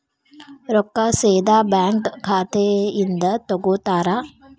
ರೊಕ್ಕಾ ಸೇದಾ ಬ್ಯಾಂಕ್ ಖಾತೆಯಿಂದ ತಗೋತಾರಾ?